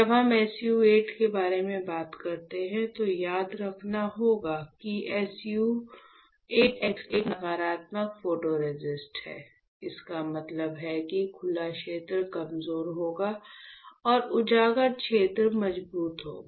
जब हम SU 8 के बारे में बात करते हैं तो याद रखना होगा कि SU 8 x एक नकारात्मक फोटोरेसिस्ट है इसका मतलब है कि खुला क्षेत्र कमजोर होगा और उजागर क्षेत्र मजबूत होगा